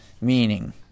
meaning